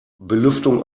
belüftung